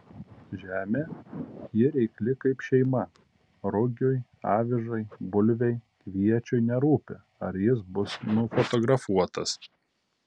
žemė ji reikli kaip šeima rugiui avižai bulvei kviečiui nerūpi ar jis bus nufotografuotas